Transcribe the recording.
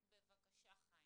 בבקשה, חיים.